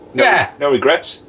yeah. no regrets?